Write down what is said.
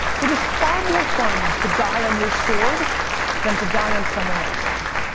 it is far more fun to die on your sword than to die on someone else's.